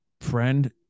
friend